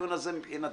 הדיון הזה מבחינתי,